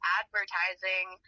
advertising